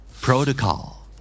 Protocol